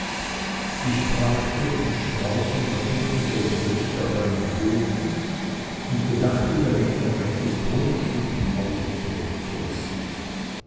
ich brachte den strauß in natürlicher größe auf einen bogen und gedachte damit ein rechtes prunkstück im hause zurückzulassen